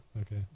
Okay